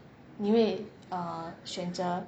你会 uh 选择